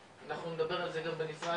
אנחנו נדבר על זה גם בנפרד,